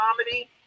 comedy